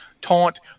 taunt